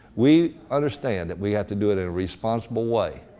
we understand that we have to do it in a responsible way.